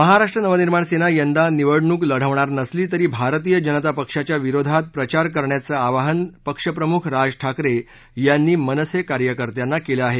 महाराष्ट्र नवनिर्माण सेना यंदा निवडणूक लढवणार नसली तरी भारतीय जनता पक्षाच्या विरोधात प्रचार करण्याचं आवाहन पक्ष प्रमुख राज ठाकरे यांनी मनसे कार्यकर्त्यांना केलं आहे